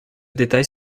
détails